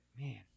man